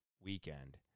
weekend